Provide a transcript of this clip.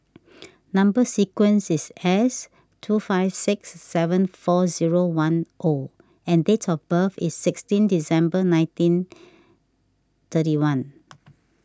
Number Sequence is S two five six seven four zero one O and date of birth is sixteen December nineteen thirty one